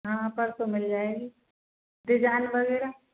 हाँ परसों मिल जाएगी डिजाइन वगैरह